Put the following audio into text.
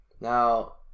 Now